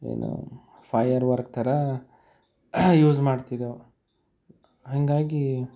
ಏನು fire work ಥರ use ಮಾಡ್ತಿದ್ದೆವು ಹಾಗಾಗಿ